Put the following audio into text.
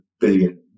billion